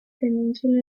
península